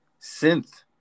synth